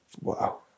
Wow